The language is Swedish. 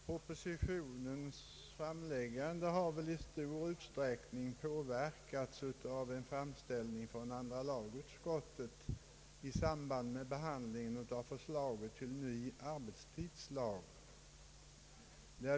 Propositionens framläggande har väl i stor utsträckning påverkats av en framställning från andra lagutskottet i samband med behandlingen av förslaget till ny arbetstidslag.